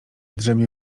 drzemie